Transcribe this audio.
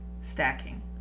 stacking